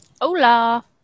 Hola